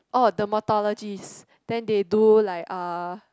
oh dermatologist then they do like uh